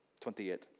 28